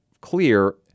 clear